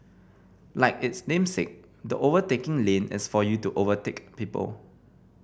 like its namesake the overtaking lane is for you to overtake people